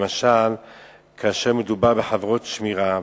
למשל כאשר מדובר בחברות שמירה,